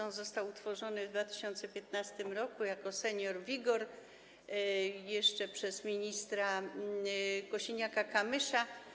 On został utworzony w 2015 r., jako „Senior-WIGOR”, jeszcze przez ministra Kosiniaka-Kamysza.